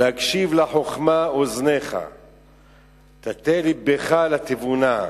להקשיב לחכמה אזנך תטה לבך לתבונה.